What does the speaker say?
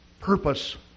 purpose